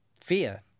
fear